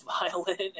violent